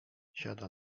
siada